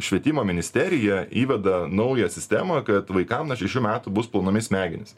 švietimo ministerija įveda naują sistemą kad vaikam nuo šešių metų bus plaunami smegenys